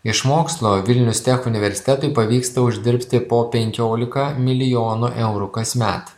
iš mokslo vilnius tech universitetui pavyksta uždirbti po penkiolika milijonų eurų kasmet